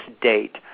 date